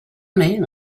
man